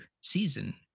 season